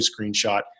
screenshot